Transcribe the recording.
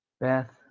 Beth